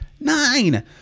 Nine